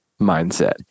mindset